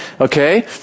okay